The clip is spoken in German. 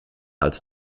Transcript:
als